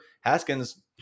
Haskins